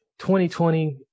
2020